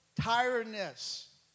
tiredness